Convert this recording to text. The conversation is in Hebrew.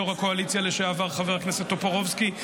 יו"ר הקואליציה לשעבר חבר הכנסת טופורובסקי,